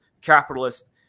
capitalist